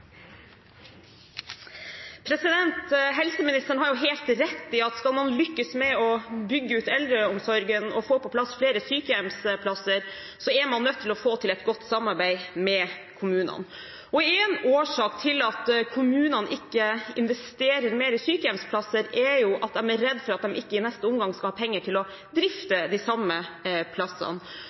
da. Helseministeren har helt rett i at skal man lykkes med å bygge ut eldreomsorgen og få på plass flere sykehjemsplasser, er man nødt til å få til et godt samarbeid med kommunene. En årsak til at kommunene ikke investerer mer i sykehjemsplasser, er jo at de er redde for at de i neste omgang ikke skal ha penger til å drifte de samme plassene.